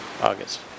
August